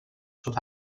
sud